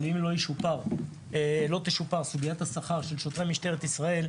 אבל אם לא תשופר סוגיית השכר של שוטרי משטרת ישראל,